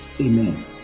Amen